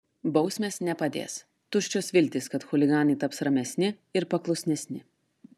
bausmės nepadės tuščios viltys kad chuliganai taps ramesni ir paklusnesni